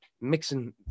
mixing